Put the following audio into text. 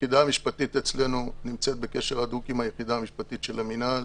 היחידה המשפטית אצלנו נמצאת בקשר הדוק עם היחידה המשפטית של המינהל